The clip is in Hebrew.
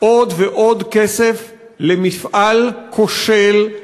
עוד ועוד כסף למפעל כושל,